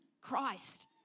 Christ